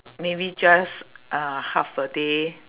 maybe just uh half a day